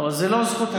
לא, זה לא זכות השיבה.